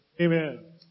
Amen